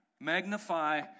Magnify